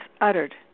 uttered